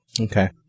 Okay